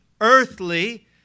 earthly